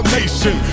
nation